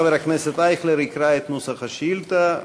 חבר הכנסת אייכלר יקרא את נוסח השאילתה,